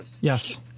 Yes